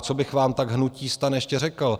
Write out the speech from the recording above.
Co bych vám tak k hnutí STAN ještě řekl.